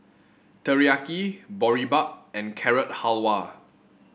Teriyaki Boribap and Carrot Halwa